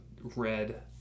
red